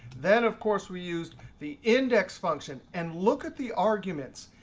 then, of course, we used the index function. and look at the arguments.